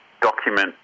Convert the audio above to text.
document